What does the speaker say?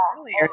earlier